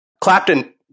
Clapton